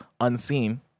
Unseen